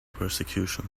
persecution